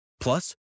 Plus